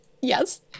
Yes